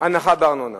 הנחה בארנונה.